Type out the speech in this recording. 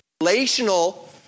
relational